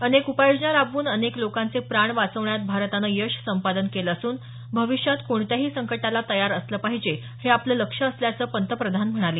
अनेक उपाययोजना राबवून अनेक लोकांचे प्राण वाचवण्यात भारतानं यश संपादन केलं असून भविष्यात कोणत्याही संकटाला तयार असलं पाहिजे हे आपलं लक्ष्य असल्याचं पंतप्रधान म्हणाले